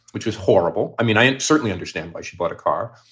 which was horrible. i mean, i certainly understand why she bought a car.